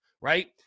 right